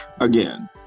again